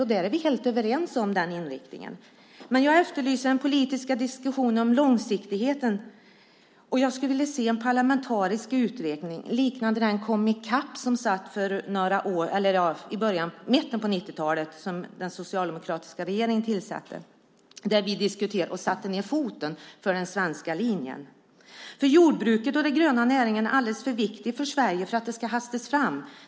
Om den inriktningen är vi helt överens. Men jag efterlyser en politisk diskussion om långsiktigheten och skulle vilja se en parlamentarisk utredning liknande Komicap i mitten av 90-talet - en utredning som den socialdemokratiska regeringen tillsatte och där vi diskuterade och satte ned foten för den svenska linjen. Jordbruket och den gröna näringen är alldeles för viktiga för Sverige för att sådant här ska hastas fram.